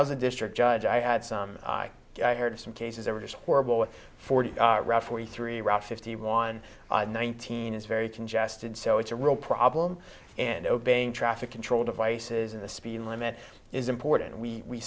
i was a district judge i had some i heard some cases that were just horrible forty rough forty three route fifty one nineteen is very congested so it's a real problem and obeying traffic control devices and the speed limit is important and we